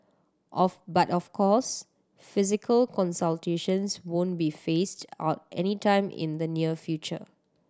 of but of course physical consultations won't be phased out anytime in the near future